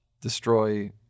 destroy